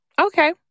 okay